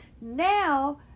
Now